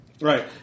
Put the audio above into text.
Right